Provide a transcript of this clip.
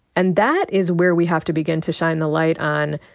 and that is where we have to begin to shine the light on